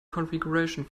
configuration